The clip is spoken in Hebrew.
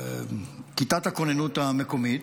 כיתת הכוננות המקומית,